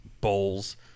bowls